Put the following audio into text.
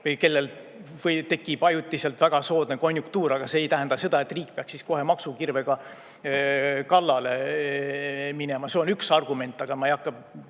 kellel tekib ajutiselt väga soodne konjunktuur, aga see ei tähenda seda, et riik peaks kohe maksukirvega kallale minema. See on üks argument, aga ma ei hakka